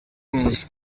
uns